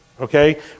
okay